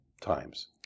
times